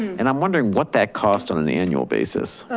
and i'm wondering what that cost on an annual basis. oh,